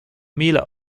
míle